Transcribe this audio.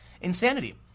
insanity